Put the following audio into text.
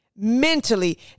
mentally